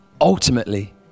ultimately